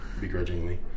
begrudgingly